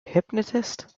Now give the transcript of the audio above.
hypnotist